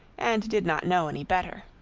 and did not know any better.